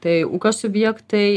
tai ūkio subjektai